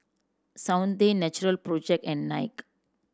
Soundteoh Natural Project and Nike